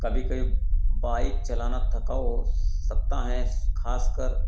कभी कभी बाइक चलाना थकाऊ सकता है खास कर